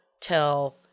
till